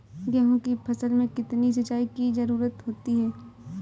गेहूँ की फसल में कितनी सिंचाई की जरूरत होती है?